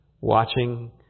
watching